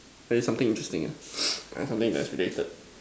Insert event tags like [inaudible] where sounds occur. tell you something interesting ah [noise] ah something that is related